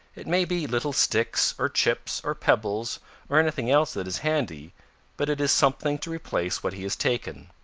it may be little sticks or chips or pebbles or anything else that is handy but it is something to replace what he has taken.